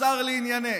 השר לענייני,